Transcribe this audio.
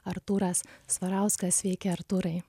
artūras svarauskas sveiki artūrai